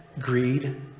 greed